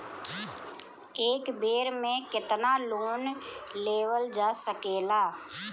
एक बेर में केतना लोन लेवल जा सकेला?